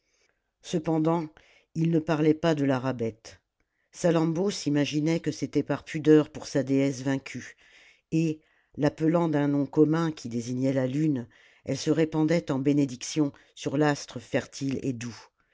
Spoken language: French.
cependant il ne parlait pas de la rabbet salammbô s'imaginait que c'était par pudeur pour sa déesse vaincue et l'appelant d'un nom commun qui désignait la lune elle se répandait en bénédictions sur l'astre fertile et doux